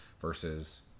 versus